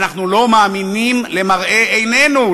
ואנחנו לא מאמינים למראה עינינו.